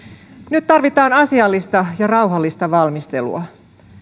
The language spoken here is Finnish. nyt tarvitaan asiallista ja rauhallista valmistelua